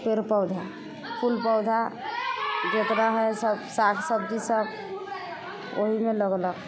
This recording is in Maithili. पेड़ पौधा फूल पौधा जेकरा हइ सब साग सब्जी सब ओहिमे लगेलक